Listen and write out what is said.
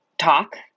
talk